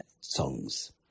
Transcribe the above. songs